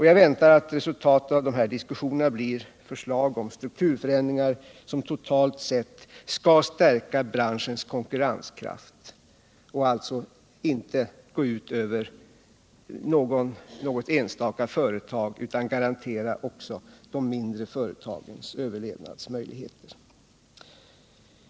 Jag väntar att resultatet av dessa diskussioner blir förslag om strukturförändringar, som totalt sett skall stärka branschens konkurrenskraft och alltså inte gå ut över något enstaka företag utan garantera också de mindre företagen överlevnadsmöjligheter.